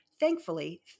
Thankfully